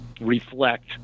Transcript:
reflect